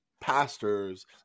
pastors